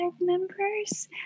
members